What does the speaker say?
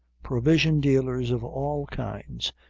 provision dealers of all kinds,